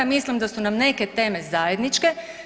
Mislim da su nam neke teme zajedničke.